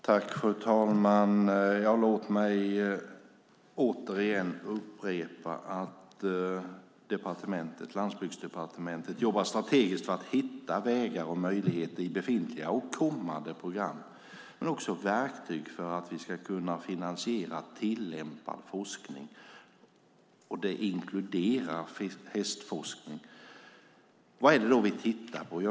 Fru talman! Låt mig återigen upprepa att Landsbygdsdepartementet jobbar strategiskt för att hitta vägar och möjligheter i befintliga och kommande program men också verktyg för att vi ska kunna finansiera tillämpad forskning. Det inkluderar hästforskning. Vad är det då vi tittar på?